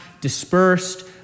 dispersed